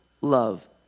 love